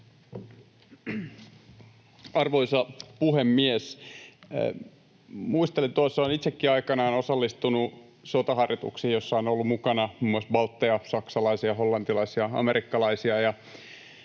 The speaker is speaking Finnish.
Arvoisa puhemies! Muistelen, että olen itsekin aikanaan osallistunut sotaharjoituksiin, joissa on ollut mukana muun muassa baltteja, saksalaisia, hollantilaisia ja amerikkalaisia.